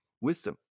wisdom